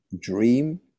dream